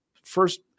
First